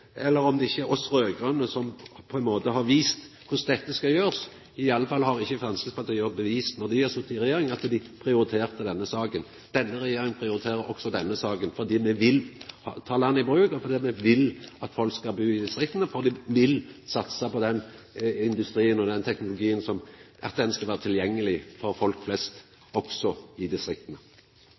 eller om det ikkje er oss raud-grøne som på ein måte har vist korleis dette skal gjerast. Iallfall har ikkje Framstegspartiet når dei har vore med og styrt, bevist at dei prioriterte denne saka. Denne regjeringa prioriterer også denne saka fordi me vil ta landet i bruk, og fordi me vil at folk skal bu i distrikta. Me vil satsa på den industrien og den teknologien for at han skal vera tilgjengeleg for folk flest, også i